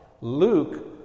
Luke